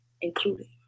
including